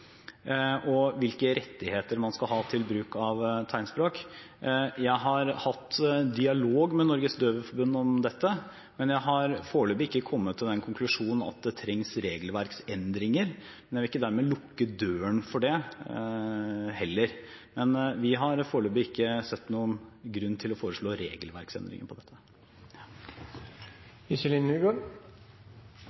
Jeg har hatt dialog med Norges Døveforbund om dette, men jeg har foreløpig ikke kommet til den konklusjon at det trengs regelverksendringer. Jeg vil ikke dermed lukke døren for det heller, men vi har foreløpig ikke sett noen grunn til å foreslå regelverksendringer.